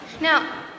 Now